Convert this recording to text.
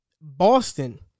Boston